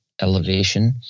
elevation